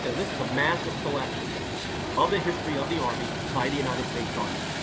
and this is a massive collection of the history of the army, by the united states army.